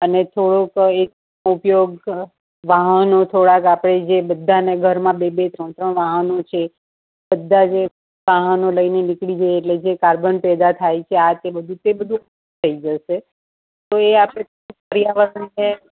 અને થોડોક એક ઉપયોગ વાહનો થોડાક આપણે જે બધાંના ઘરમાં બે બે ત્રણ ત્રણ વાહનો છે બધાં જ એ વાહનો લઈને નિકળી જઈએ એટલે જે કાર્બન પેદા થાય છે આ બધું તે થઈ જશે તો એ આપણે પર્યાવારણને